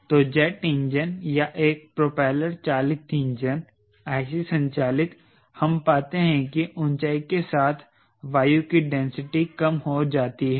तो jet engine या एक प्रोपेलर चालित इंजन IC संचालित हम पाते हैं कि ऊंचाई के साथ वायु की डेंसिटी कम हो जाती है